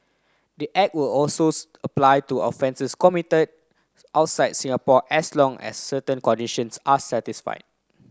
the Act will apply to offences committed outside Singapore as long as certain conditions are satisfied